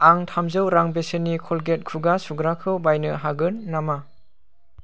आं थामजौ रां बेसेननि क'लगेट खुगा सुग्राखौ बायनो हागोन नामा